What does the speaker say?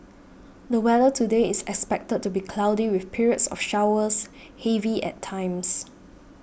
the weather today is expected to be cloudy with periods of showers heavy at times